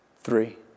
three